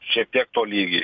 šiek tiek tolygiai